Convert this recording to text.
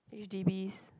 H_D_Bs